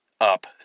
up